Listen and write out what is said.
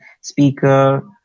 speaker